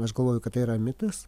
aš galvoju kad tai yra mitas